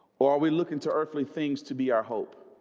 or are we looking to earthly things to be our hope?